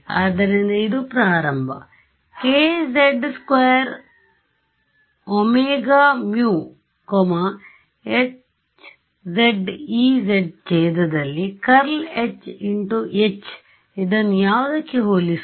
ಆದ್ದರಿಂದ ಇದು ಪ್ರಾರಂಭ kz 2ωμ hz ez ಛೇಧದಲ್ಲಿದೆ ∇h × H ಇದನ್ನು ಯಾವುದಕ್ಕೆ ಹೋಲಿಸುವ